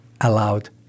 allowed